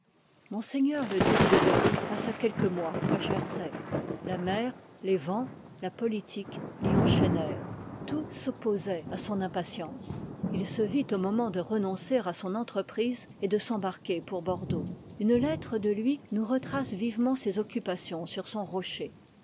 m le duc de berry passa quelques mois à jersey la mer les vents la politique vj enchaînèrent tout s'opposoit à son impatience il se vit au moment de renoncer à son entreprise et de s'embarquer pour bordeaux une lettre de lui nous retrace vivement ses occupations sur son rocher